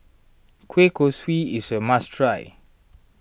Kueh Kosui is a must try